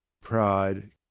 pride